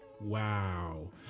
wow